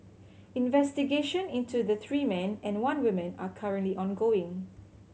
investigation into the three men and one woman are currently ongoing